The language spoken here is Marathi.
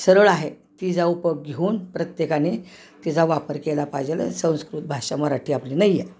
सरळ आहे तिचा उपभोग घेऊन प्रत्येकाने तिचा वापर केला पाहिजे संस्कृत भाषा मराठी आपली नाहीये